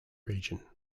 region